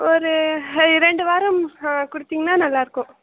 ஒரு இரண்டு வாரம் கொடுத்தீங்கன்னா நல்லாயிருக்கும்